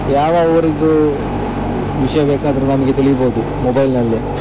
ಯಾವ ಯಾವ ಊರಿದು ವಿಷಯ ಬೇಕಾದರು ನಮಗೆ ತಿಳಿಬೋದು ಮೊಬೈಲ್ನಲ್ಲಿ